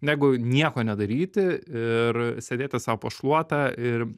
negu nieko nedaryti ir sėdėti sau po šluota ir